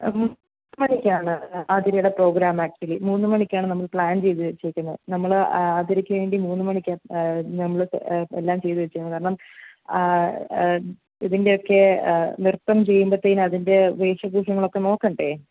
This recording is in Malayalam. മൂന്നുമണിക്കാണ് ആതിരയുടെ പ്രോഗ്രാം ആക്ച്വലി മൂന്ന് മണിക്കാണ് നമ്മൾ പ്ലാൻ ചെയ്ത് വച്ചേക്കുന്നത് നമ്മൾ ആതിരക്ക് വേണ്ടി മൂന്ന് മണിക്ക് നമ്മൾ എല്ലാം ചെയ്ത് വച്ചേക്കുന്നത് കാരണം ഇതിൻ്റെ ഒക്കെ നൃത്തം ചെയ്യുമ്പത്തേനും അതിൻ്റെ വേഷഭൂഷങ്ങളൊക്കെ നോക്കേണ്ടെ